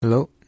Hello